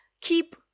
keep